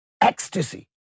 ecstasy